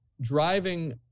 driving